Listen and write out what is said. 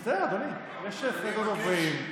מצטער, אדוני, יש סדר דוברים.